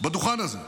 בדוכן הזה,